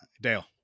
Dale